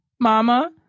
mama